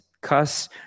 Cuss